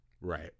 Right